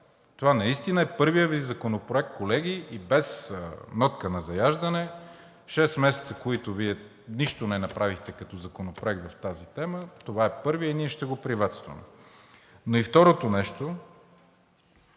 Това наистина е първият Ви законопроект, колеги, и без нотка на заяждане – шест месеца, в които нищо не направихте като законопроект в тази тема, това е първият и ние ще го приветстваме. Второто нещо,